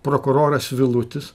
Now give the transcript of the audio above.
prokuroras vilutis